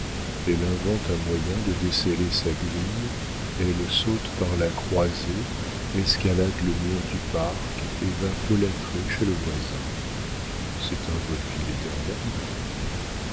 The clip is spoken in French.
elle invente un moyen de desceller sa grille elle saute par la croisée escalade le mur du parc et va folâtrer chez le voisin c'est un vaudeville éternel